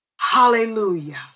Hallelujah